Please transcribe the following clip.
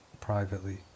privately